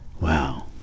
Wow